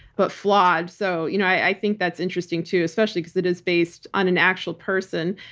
but flawed. so you know i think that's interesting, too, especially because it is based on an actual person.